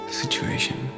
situation